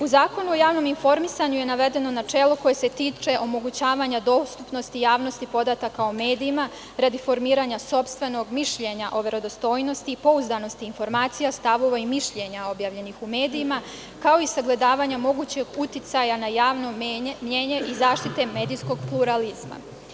U Zakonu o javnom informisanju je navedeno načelo koje se tiče omogućavanja dostupnosti javnosti podataka o medijima radi formiranja sopstvenog mišljenja o verodostojnosti i pouzdanosti informacija, stavova i mišljenja objavljenih u medijima, kao i sagledavanja mogućeg uticaja na javno mnjenje i zaštite medijskog pluralizma.